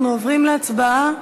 אנחנו עוברים להצבעה.